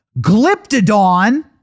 glyptodon